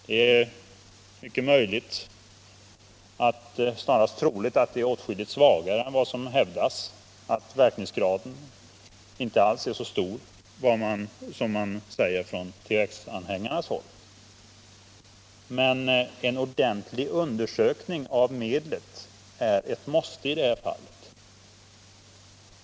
Det är mycket möjligt eller snarast troligt att preparatet har en åtskilligt svagare verkningsgrad än vad som hävdas av THX-anhängarna, men en ordentlig undersökning av medlet är ett måste i det här sammanhanget.